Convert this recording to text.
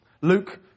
Luke